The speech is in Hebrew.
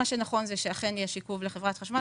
מה שנכון זה שאכן יש עיכוב לחברת החשמל.